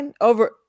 over –